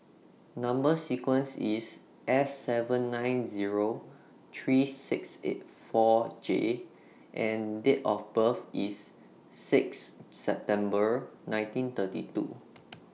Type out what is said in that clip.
Number sequence IS S seven nine Zero three six eight four J and Date of birth IS six September nineteen thirty two